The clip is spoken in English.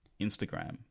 Instagram